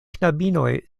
knabinoj